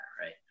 right